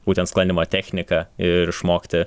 būtent sklandymo techniką ir išmokti